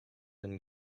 and